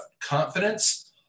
confidence